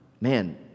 man